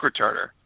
returner